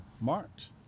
March